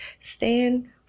Stand